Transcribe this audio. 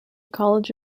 college